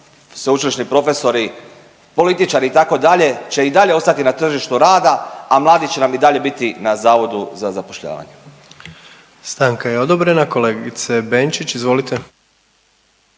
sveučilišni profesori, političari itd. će i dalje ostati na tržištu rada, a mladi će nam i dalje biti na Zavodu za zapošljavanje. **Jandroković, Gordan (HDZ)** Stanka je odobrena. Kolegice Benčić, izvolite.